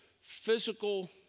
physical